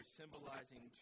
symbolizing